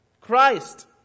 Christ